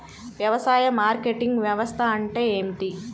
వ్యవసాయ మార్కెటింగ్ వ్యవస్థ అంటే ఏమిటి?